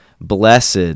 blessed